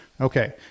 Okay